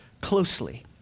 closely